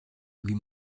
wie